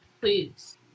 Please